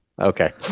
Okay